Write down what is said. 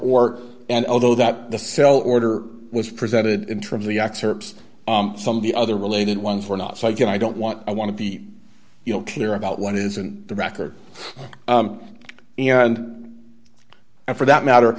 and although that the cell order was presented in terms of the excerpts some of the other related ones were not so i can i don't want i want to be you know clear about what is and the record and for that matter